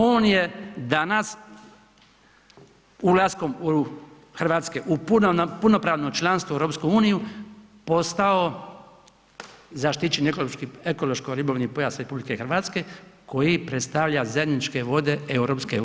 On je danas ulaskom Hrvatske u punopravno članstvo u EU postao zaštićeni ekološko-ribolovni pojas RH koji predstavlja zajedničke vode EU.